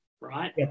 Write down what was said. right